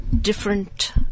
different